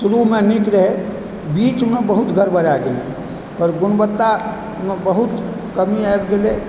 शुरूेमे नीक रहै बीचमे बहुत गड़बड़ा गेलै आओर गुणवत्तामे बहुत कमी आबि गेलै